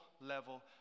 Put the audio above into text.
level